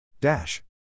Dash